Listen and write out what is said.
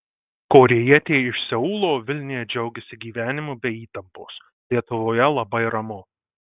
korėjietė iš seulo vilniuje džiaugiasi gyvenimu be įtampos lietuvoje labai ramu